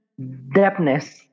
depthness